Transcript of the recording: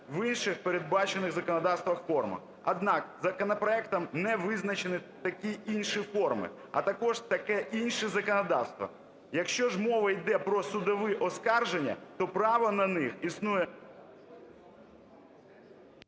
в інших, передбачених законодавством, формах. Однак, законопроектом не визначені такі інші форми, а також таке інше законодавство. Якщо ж мова йде про судові оскарження, то право на них існує…